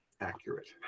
accurate